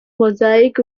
mosaic